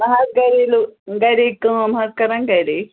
بہٕ حظ گَریلوٗ گَرے کٲم حظ کٔران گَرے